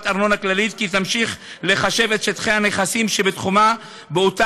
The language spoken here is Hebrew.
ארנונה כללית כי תמשיך לחשב את שטחי הנכסים שבתחומה באותה